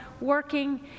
working